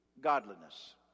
godliness